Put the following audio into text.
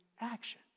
action